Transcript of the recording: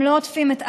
הם לא עוטפים את עזה,